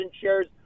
shares